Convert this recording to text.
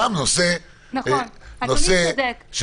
אדוני צודק.